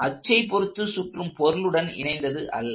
அச்சை பொருத்து சுற்றும் பொருளுடன் இணைந்தது அல்ல